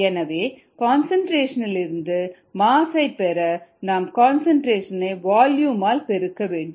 எனவே கன்சன்ட்ரேஷன் இலிருந்து மாஸ் ஐ பெற நாம் கன்சன்ட்ரேஷன் ஐ வால்யூம் ஆல் பெருக்க வேண்டும்